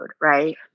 right